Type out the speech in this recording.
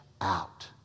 out